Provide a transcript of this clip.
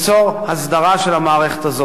זה על-פי דוח ועדת-איצקוביץ,